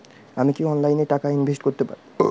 আমি কি অনলাইনে টাকা ইনভেস্ট করতে পারবো?